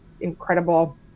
incredible